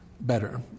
better